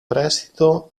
prestito